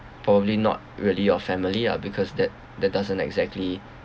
probably not really your family lah because that that doesn't exactly